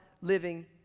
living